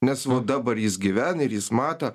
nes va dabar jis gyvena ir jis mato